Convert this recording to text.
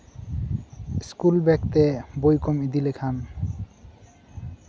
school bag ᱛᱮ ᱵᱳᱭ ᱠᱚᱢ ᱤᱫᱤ ᱞᱮᱠᱷᱟᱱ